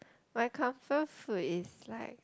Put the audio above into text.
my comfort food is like